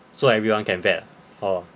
so everyone can vet or